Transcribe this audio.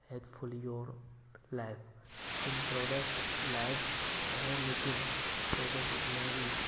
helpful in your life in product life है लेकिन product इतना भी